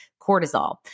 cortisol